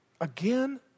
Again